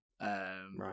Right